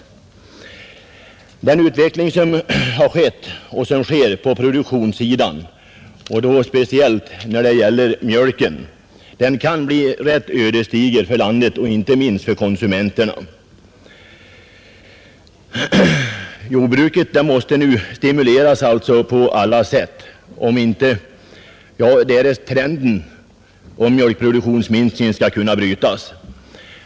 Den utveckling som har skett och sker på produktionssidan, speciellt när det gäller mjölken, kan bli rätt ödesdiger för landet, inte minst för konsumenterna, Jordbruket måste nu stimuleras på alla sätt om trenden beträffande mjölkproduktionsminskningen skall kunna ändras.